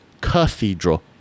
cathedral